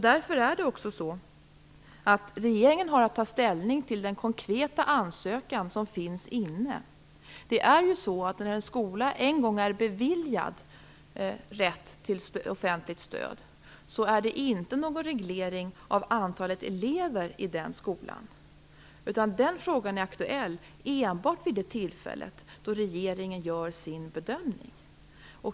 Därför har regeringen också att ta ställning till den konkreta ansökan som finns inlämnad. När en skola en gång är beviljad rätt till offentligt stöd är det inte fråga om någon reglering av antalet elever i den skolan. Den frågan är aktuell enbart vid det tillfälle då regeringen gör sin bedömning.